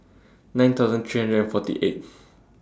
nine thousand three hundred and forty eighth